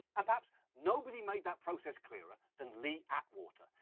and perhaps nobody made that protest clearer than lee atwater,